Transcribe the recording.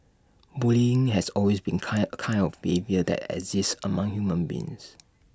bullying has always been kind kind of behaviour that exists among human beings